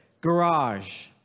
Garage